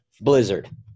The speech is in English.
Blizzard